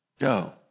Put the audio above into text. Go